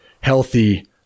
healthy